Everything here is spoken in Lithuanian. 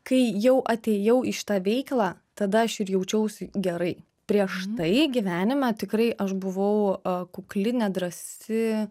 kai jau atėjau į šitą veiklą tada aš ir jaučiausi gerai prieš tai gyvenime tikrai aš buvau kukli nedrąsi